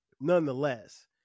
Nonetheless